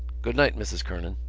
good-night, mrs. kernan.